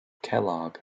kellogg